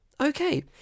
okay